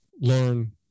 learn